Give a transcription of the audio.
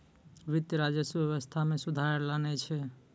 वित्त, राजस्व व्यवस्था मे सुधार लानै छै